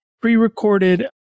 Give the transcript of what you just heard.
pre-recorded